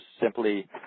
simply